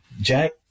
Jack